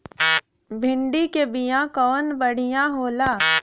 भिंडी के बिया कवन बढ़ियां होला?